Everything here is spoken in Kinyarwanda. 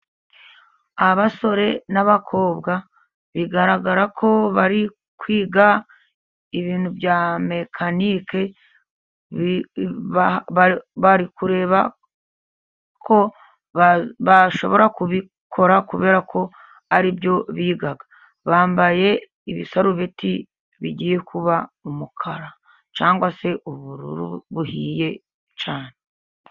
Abasore n'abakobwa bigaragara ko bari kwiga ibintu bya mekanike, bari kureba ko bashobora kubikora kubera ko ari byo biga. Bambaye ibisarubeti bigiye kuba umukara cyangwa se ubururu buhiye cyane.